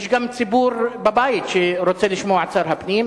יש גם ציבור בבית שרוצה לשמוע את שר הפנים,